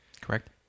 Correct